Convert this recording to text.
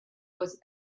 was